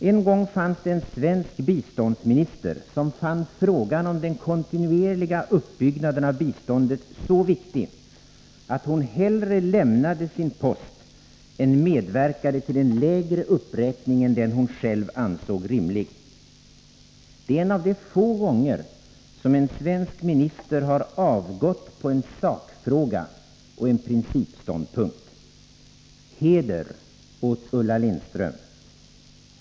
En gång fanns det en svensk biståndsminister, som fann frågan om den kontinuerliga uppbyggnaden av biståndet så viktig att hon hellre lämnade sin post än medverkade till en lägre uppräkning än den hon själv ansåg rimlig. Det är en av de få gånger som en svensk minister har avgått på en sakfråga och en principståndpunkt. Heder åt Ulla Lindström!